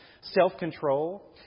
self-control